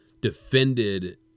defended